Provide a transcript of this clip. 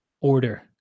order